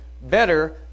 better